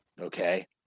okay